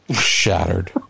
shattered